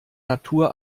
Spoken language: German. natur